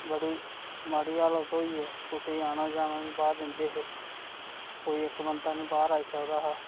बड़ी माड़ी हालत होई ऐ कुसै आना जाना नी बाह्र दिंदे हे कोई इक बंदा नी बाह्र जाई सकदा हा